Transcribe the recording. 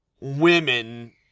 women